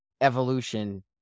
evolution